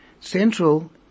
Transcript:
Central